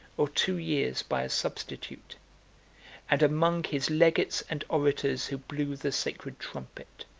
or two years by a substitute and among his legates and orators who blew the sacred trumpet,